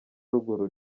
ruguru